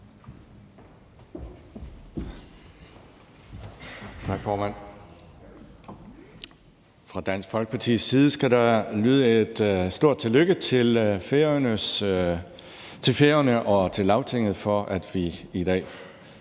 Tak, formand. Fra Dansk Folkepartis side skal der lyde et stort tillykke til Færøerne og til Lagtinget for, at vi